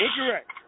Incorrect